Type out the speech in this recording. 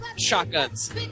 Shotguns